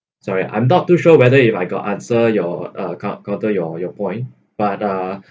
sorry I'm not too sure whether if I got answer your uh count counter your your point but uh